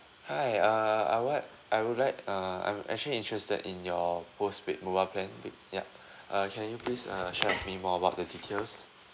hi uh I'd like I would like um I'm actually interested in your postpaid mobile plan with yup uh can you please uh share with me more about the details